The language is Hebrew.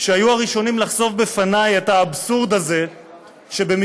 שהיו הראשונים שחשפו בפני את האבסורד הזה שבמסגרתו